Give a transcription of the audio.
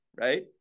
right